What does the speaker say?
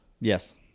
Yes